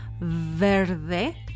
verde